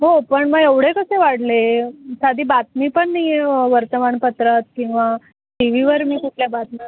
हो पण मग एवढे कसे वाढले साधी बातमी पण नाही आहे वर्तमानपत्रात किंवा टी वीवर मी कुठल्या बातम्या